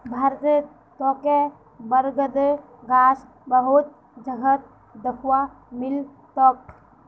भारतत तोके बरगदेर गाछ बहुत जगहत दख्वा मिल तोक